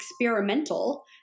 experimental